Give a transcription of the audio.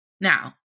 Now